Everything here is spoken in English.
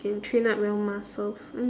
you can train up your muscles mm